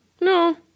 No